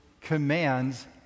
commands